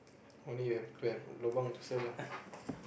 only you have to have lobang to sell lah